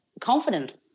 confident